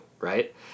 right